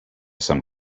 some